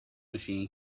machine